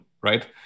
right